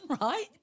right